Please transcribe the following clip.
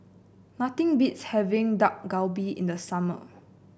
nothing beats having Dak Galbi in the summer